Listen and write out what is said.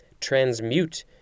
Transmute